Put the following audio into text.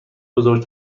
بزرگ